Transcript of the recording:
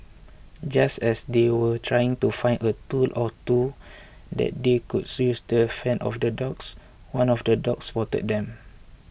just as they were trying to find a tool or two that they could use to fend off the dogs one of the dogs spotted them